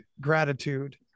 gratitude